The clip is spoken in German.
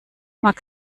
mag